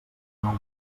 nou